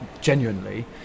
genuinely